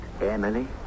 Emily